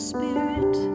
Spirit